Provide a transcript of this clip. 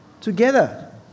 together